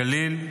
הגליל,